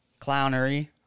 clownery